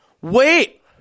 Wait